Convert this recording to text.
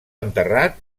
enterrat